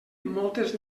moltes